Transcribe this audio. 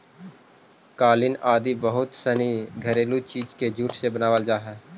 कालीन आदि बहुत सनी घरेलू चीज के जूट से बनावल जा हइ